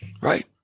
right